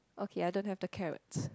okay I don't have the carrots